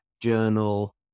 journal